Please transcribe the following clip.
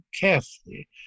carefully